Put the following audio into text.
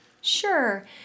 Sure